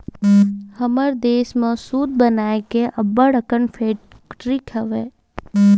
हमर देस म सूत बनाए के अब्बड़ अकन फेकटरी हे